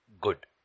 good